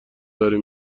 داره